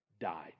died